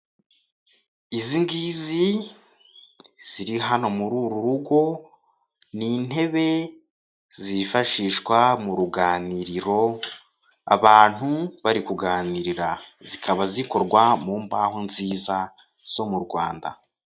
Izi ngizi ziri hano muri uru rugo, ni intebe zifashishwa mu ruganiriro, abantu bari kuganira. Zikaba zikorwa mu mbaho nziza, zo mu Rwanda.